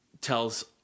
tells